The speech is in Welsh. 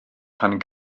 pan